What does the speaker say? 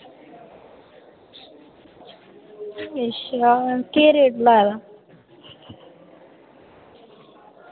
अच्छा केह् रेट लाए दा